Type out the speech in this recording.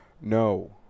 no